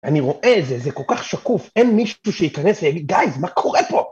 אני רואה את זה, זה כל כך שקוף, אין מישהו שיכנס ויגיד, גייז, מה קורה פה?